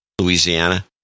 Louisiana